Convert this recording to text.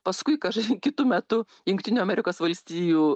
paskui kaž kitu metu jungtinių amerikos valstijų